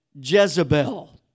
Jezebel